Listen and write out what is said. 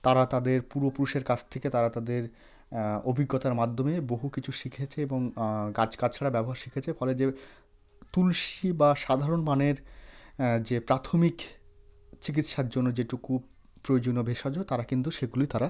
তারা তাদের পূর্বপুরুষের কাছ থেকে তারা তাদের অভিজ্ঞতার মাধ্যমে বহু কিছু শিখেছে এবং গাছ গাছড়ার ব্যবহার শিখেছে ফলে যে তুলসী বা সাধারণ মানের যে প্রাথমিক চিকিৎসার জন্য যেটুকু প্রয়োজনীয় ভেষজ তারা কিন্তু সেগুলি তারা